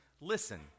listen